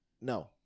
No